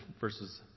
verses